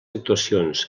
actuacions